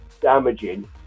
damaging